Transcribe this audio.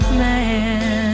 man